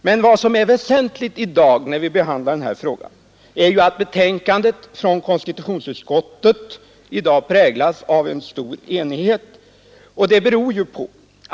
Men väsentligt är ju att betänkandet från konstitutionsutskottet i dag präglas av en stor enighet.